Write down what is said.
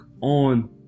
on